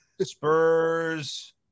Spurs